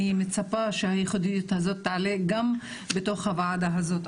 אני מצפה שהייחודיות הזאת תעלה גם בתוך הוועדה הזאת.